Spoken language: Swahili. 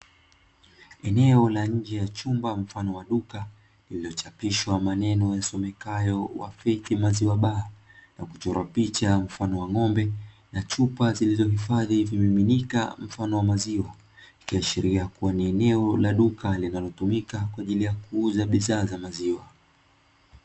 Eneo la nje ya chumba mfano wa duka, lililochapishwa maneno yasomekayo "WA FAITH MAZIWA BAR" na kuchorwa picha mfano wa ng'ombe na chupa zilizohifadhi vimiminika mfano wa maziwa, ikiashiria kuwa ni eneo la duka linalotumika kwa ajili ya kuuza bidhaa za maziwa.